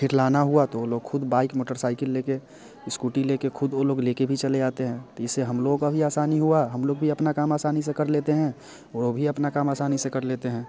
फिर लाना हुआ तो वो ख़ुद बाइक मोटरसाइकिल ले कर स्कूटी ले कर ख़ुद वो लोग ले कर भी चले आते हैं तो इससे हम लोग को भी आसानी हुई हम लोग भी अपना काम आसानी से कर लेते हैं वो भी अपना काम आसानी से कर लेते हैं